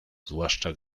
zwłaszcza